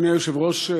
אדוני היושב-ראש,